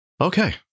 Okay